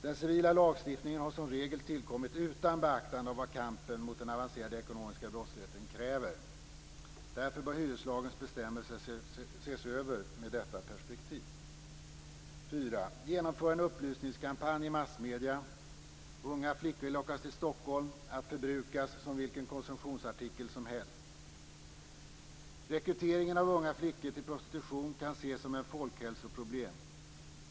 Den civila lagstiftningen har som regel tillkommit utan beaktande av vad kampen mot den avancerade ekonomiska brottsligheten kräver, därför bör hyreslagens bestämmelser ses över med detta perspektiv. 4. Genomför en upplysningskampanj i massmedierna! Unga flickor lockas till Stockholm för att förbrukas som vilken konsumtionsartikel som helst. Rekryteringen av unga flickor till prostitution kan ses som ett folkhälsoproblem.